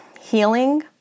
healing